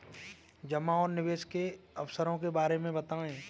जमा और निवेश के अवसरों के बारे में बताएँ?